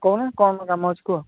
କହୁନ କ'ଣ କାମ ଅଛି କୁହ